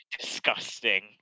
Disgusting